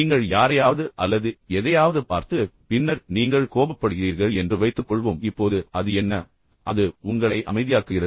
நீங்கள் யாரையாவது அல்லது எதையாவது பார்த்து பின்னர் நீங்கள் கோபப்படுகிறீர்கள் என்று வைத்துக்கொள்வோம் இப்போது அது என்ன அது உங்களை அமைதியாக்குகிறது